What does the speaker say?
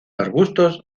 arbustos